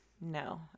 no